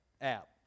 app